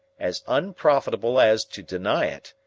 as unprofitable as to deny it,